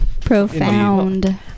Profound